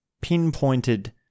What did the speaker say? pinpointed